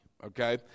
okay